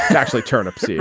actually. turnips. yeah.